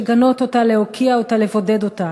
יש לגנות אותה, להוקיע אותה, לבודד אותה.